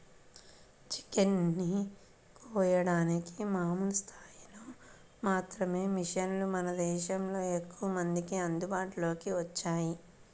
chicken ని కోయడానికి మామూలు స్థాయిలో మాత్రమే మిషన్లు మన దేశంలో ఎక్కువమందికి అందుబాటులోకి వచ్చినియ్యి